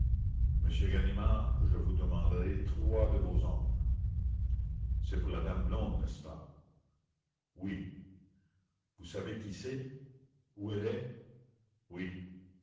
m ganimard je vous demanderai trois de vos hommes c'est pour la dame blonde n'est-ce pas oui vous savez qui c'est et où elle est